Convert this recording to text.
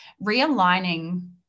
realigning